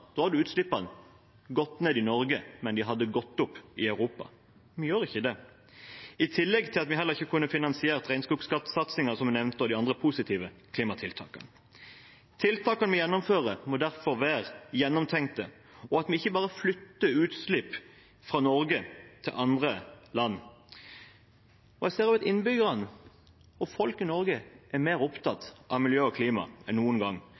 utslippene gått ned i Norge, men de hadde gått opp i Europa. Vi gjør ikke det. I tillegg kunne vi heller ikke finansiert regnskogsatsingen, som jeg nevnte, og de andre positive klimatiltakene. Tiltakene vi gjennomfører, må derfor være gjennomtenkte, ikke at vi bare flytter utslipp fra Norge til andre land. Jeg ser at innbyggerne, folk i Norge, er mer opptatt av miljø og klima enn noen gang.